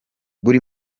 buri